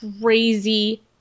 crazy